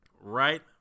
Right